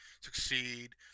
succeed